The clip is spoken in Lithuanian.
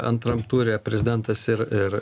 antram ture prezidentas ir ir